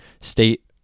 state